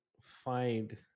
find